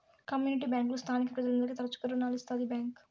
community బ్యాంకులు స్థానిక ప్రజలందరికీ తరచుగా రుణాలు ఇత్తాది ఈ బ్యాంక్